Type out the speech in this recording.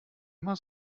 immer